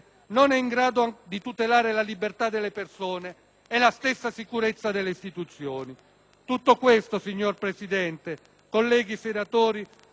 Tutto questo, signor Presidente, colleghi senatori, ha molto a che fare con la relazione che il Ministro della giustizia ha illustrato in quest'Aula.